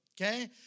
okay